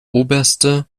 oberste